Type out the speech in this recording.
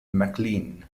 maclean